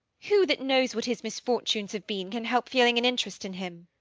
who that knows what his misfortunes have been can help feeling an interest in him?